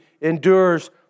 endures